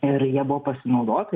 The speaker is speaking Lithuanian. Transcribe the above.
ir ja buvo pasinaudota